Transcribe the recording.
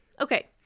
Okay